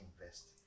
invest